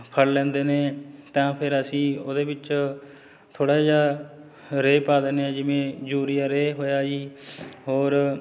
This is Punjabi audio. ਫੜ ਲੈਂਦੇ ਨੇ ਤਾਂ ਫਿਰ ਅਸੀਂ ਉਹਦੇ ਵਿੱਚ ਥੋੜ੍ਹਾ ਜਿਹਾ ਰੇਹ ਪਾ ਦਿੰਦੇ ਹਾਂ ਜਿਵੇਂ ਯੂਰੀਆ ਰੇਹ ਹੋਇਆ ਜੀ ਹੋਰ